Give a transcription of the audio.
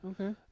Okay